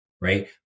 Right